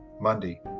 Monday